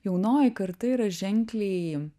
jaunoji karta yra ženkliai